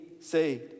saved